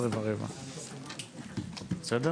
הישיבה ננעלה בשעה 11:10.